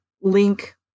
link